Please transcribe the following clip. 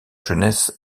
jeunesse